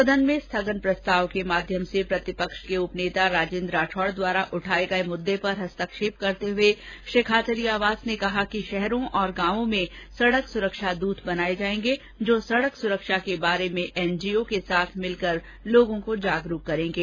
सदन में स्थगन प्रस्ताव के माध्यम से प्रतिपक्ष के उप नेता राजेंद्र राठौड़ द्वारा उठाये गये मुददे पर हस्तक्षेप करते हुए श्री खाचरियावास ने कहा कि शहरों और गांवों में सड़क सुरक्षा दूत बनायें जायेंगे जो सड़क सुरक्षा के बारे में एनजीओ के साथ मिलकर लोगों को जागरूक करेंगे